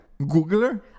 Googler